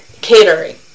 catering